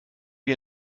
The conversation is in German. wir